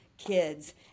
kids